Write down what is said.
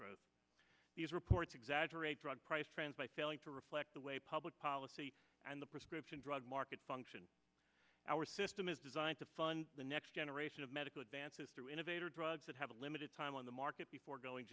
growth these reports exaggerate drug prices trends by failing to reflect the way public policy and the prescription drug market function our system is designed to fund the next generation of medical advances through innovator drugs that have a limited time on the market before going